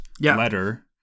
letter